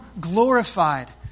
glorified